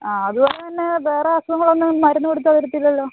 അതുപോലെതന്നെ വേറെ അസുഖങ്ങൾ ഒന്നും മരുന്ന് കൊടുത്താൽ വരത്തില്ലല്ലോ